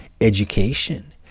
education